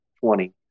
Twenty